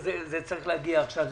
שזה צריך להגיע עכשיו.